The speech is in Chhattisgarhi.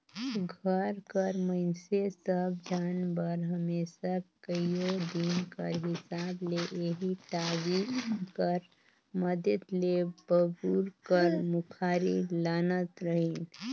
घर कर मइनसे सब झन बर हमेसा कइयो दिन कर हिसाब ले एही टागी कर मदेत ले बबूर कर मुखारी लानत रहिन